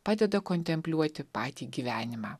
padeda kontempliuoti patį gyvenimą